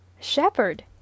Shepherd